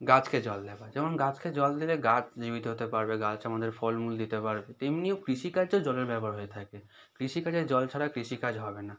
গাছকে জল দেওয়া যেমন গাছকে জল দিলে গাছ জীবিত হতে পারবে গাছ আমাদের ফলমূল দিতে পারবে তেমনিও কৃষিকার্যেও জলের ব্যবহার হয়ে থাকে কৃষিকাজে জল ছাড়া কৃষিকাজ হবে না